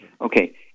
Okay